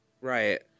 Right